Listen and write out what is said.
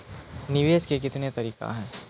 निवेश के कितने तरीका हैं?